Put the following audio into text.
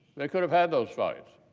they could've had those fights.